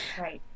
Right